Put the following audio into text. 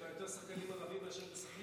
יש בה שחקנים ערבים יותר מאשר בסח'נין.